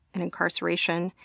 and incarceration,